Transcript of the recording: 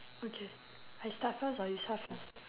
okay I start first or you start first